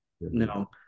no